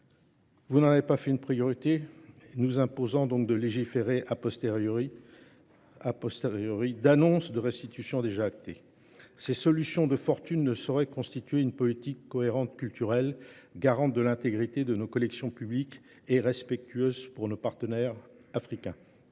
Vous n'en avez pas fait une priorité, nous imposant donc de légiférer à postériorité à posteriori, d'annonces de restitution déjà actées. Ces solutions de fortune ne sauraient constituer une poétique cohérente culturelle, garante de l'intégrité de nos collections publiques et respectueuse pour nos partenaires africains.